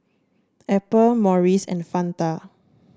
Apple Morries and Fanta